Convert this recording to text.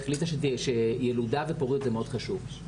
היא החליטה שילודה ופוריות זה מאוד חשוב.